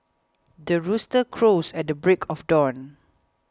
the rooster crows at the break of dawn